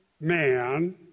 man